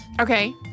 Okay